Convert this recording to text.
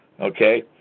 Okay